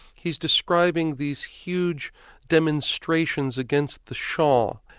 he's describing these huge demonstrations against the shah,